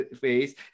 face